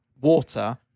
water